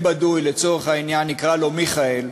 לצורך העניין נקרא לו מיכאל,